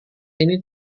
ini